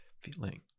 Feeling